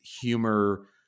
humor